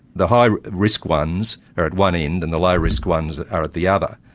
the high risk ones are at one end and the low risk ones are at the other.